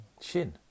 shin